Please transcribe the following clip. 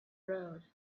road